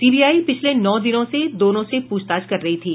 CBI पिछले नौ दिनों से दोनों से प्रछताछ कर रही थी